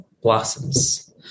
blossoms